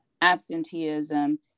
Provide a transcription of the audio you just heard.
absenteeism